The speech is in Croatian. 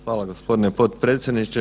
Hvala gospodine potpredsjedniče.